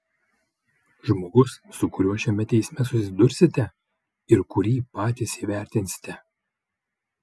žmogus su kuriuo šiame teisme susidursite ir kurį patys įvertinsite